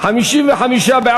45(1) (6), כהצעת הוועדה, נתקבל.